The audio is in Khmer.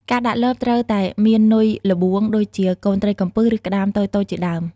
ការដាក់លបត្រូវតែមាននុយល្បួង ដូចជាកូនត្រីកំពិសឬក្ដាមតូចៗជាដើម។